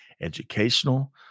educational